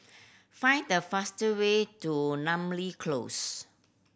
find the fast way to Namly Close